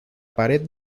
pared